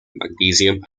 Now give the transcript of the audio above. magnesium